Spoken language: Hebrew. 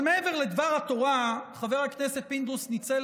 אבל מעבר לדבר התורה חבר הכנסת פינדרוס ניצל